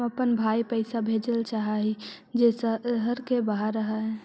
हम अपन भाई पैसा भेजल चाह हीं जे शहर के बाहर रह हे